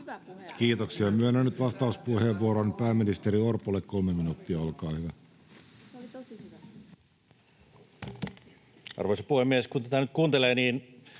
Kiitoksia. — Myönnän nyt vastauspuheenvuoron pääministeri Orpolle. Kolme minuuttia, olkaa hyvä. Arvoisa puhemies! Kun tätä nyt kuuntelee, niin